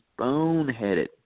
boneheaded